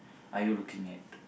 are you looking at